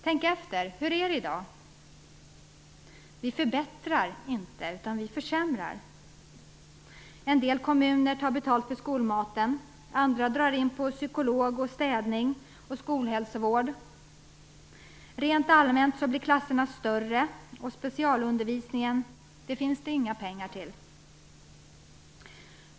Tänk efter hur det är i dag! Vi förbättrar inte utan försämrar. En del kommuner tar betalt för skolmaten. Andra drar in på psykolog, städning och skolhälsovård. Rent allmänt blir klasserna större, och till specialundervisningen finns det inga pengar.